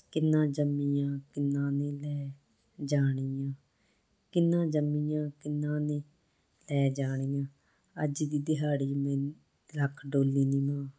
ਕਿੰਨਾ ਜੰਮੀਆਂ ਕਿੰਨਾ ਨੇ ਲੈ ਜਾਣੀਆਂ ਕਿੰਨਾ ਜੰਮੀਆਂ ਕਿੰਨਾ ਨੇ ਲੈ ਜਾਣੀਆਂ ਅੱਜ ਦੀ ਦਿਹਾੜੀ ਮੈਨੂੰ ਰੱਖ ਡੋਲੀ ਨੀ ਮਾਂ